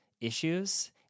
issues